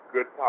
Good